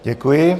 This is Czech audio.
Děkuji.